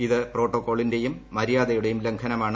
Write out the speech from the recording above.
ഇത് പ്രോട്ടോക്കോളിന്റെയും മര്യാദയുടെയും ലംഘനമാണ്